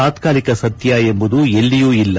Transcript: ತಾತ್ಕಾಲಿಕ ಸತ್ಕ ಎಂಬುದು ಎಲ್ಲಿಯೂ ಇಲ್ಲ